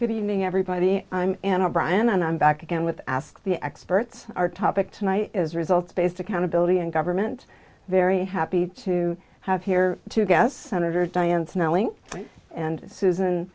good evening everybody i'm brian and i'm back again with ask the experts our topic tonight is results based accountability and government very happy to have here two guests senator diane snowing and susan